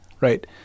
right